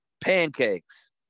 pancakes